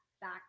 back